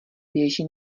běží